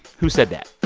who said that.